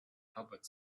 public